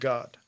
God